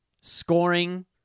Scoring